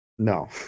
No